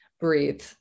breathe